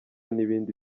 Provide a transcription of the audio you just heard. n’ibindi